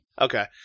Okay